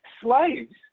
slaves